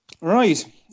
Right